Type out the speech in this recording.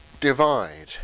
divide